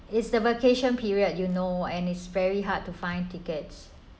it's the vacation period you know and it's very hard to find tickets